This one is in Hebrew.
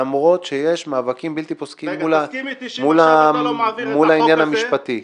למרות שיש מאבקים בלתי פוסקים מול העניין המשפטי.